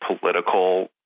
Political